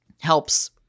helps